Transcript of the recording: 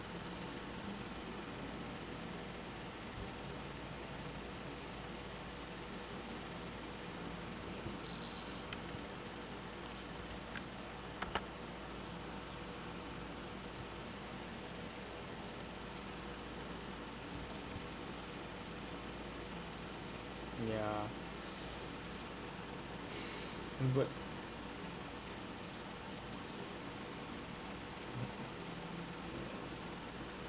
ya but